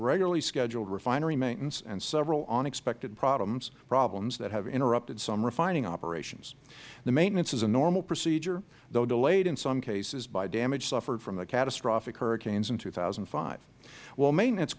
regularly scheduled refinery maintenance and several unexpected problems that have interrupted some refining operations the maintenance is a normal procedure though delayed in some cases by damages suffered from the catastrophic hurricanes in two thousand and five while maintenance